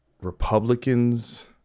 Republicans